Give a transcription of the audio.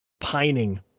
pining